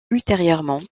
ultérieurement